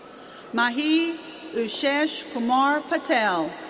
mahi asheshkumar patel.